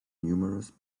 numerous